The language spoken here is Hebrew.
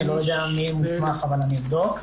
אני לא יודע מי מוסמך, אבל אני אבדוק.